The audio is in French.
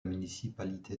municipalité